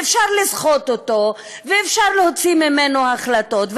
ואפשר לסחוט אותו ואפשר להוציא ממנו החלטות.